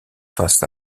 face